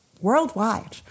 worldwide